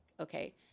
Okay